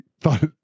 thought